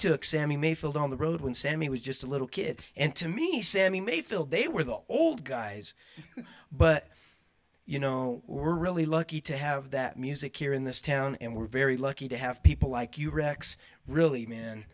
took sammy mayfield on the road when sammy was just a little kid and to me sammy mayfield they were the old guys but you know we're really lucky to have that music here in this town and we're very lucky to have people like you rex really man